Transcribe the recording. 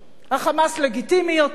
ה"חמאס" לגיטימי יותר,